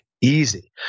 easy